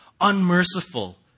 unmerciful